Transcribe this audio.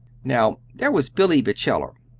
now there was billy batcheller.